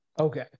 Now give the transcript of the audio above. Okay